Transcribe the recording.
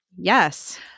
Yes